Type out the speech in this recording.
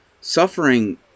suffering